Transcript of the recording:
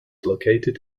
located